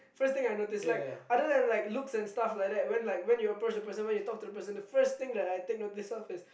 first thing I notice like other than like looks and stuffs like that when like when like you approach the person when you talk to the person the first thing that I take notice of is